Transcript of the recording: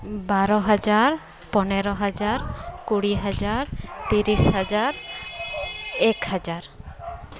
ᱵᱟᱨᱚ ᱦᱟᱡᱟᱨ ᱯᱚᱱᱮᱨᱚ ᱦᱟᱡᱟᱨ ᱠᱩᱲᱤ ᱦᱟᱡᱟᱨ ᱛᱤᱨᱤᱥ ᱦᱟᱡᱟᱨ ᱮᱠ ᱦᱟᱡᱟᱨ